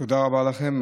תודה רבה לכם.